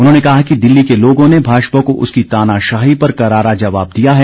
उन्होंने कहा कि दिल्ली के लोगों ने भाजपा को उसकी तानाशाही पर करारा जवाब दिया है